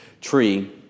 tree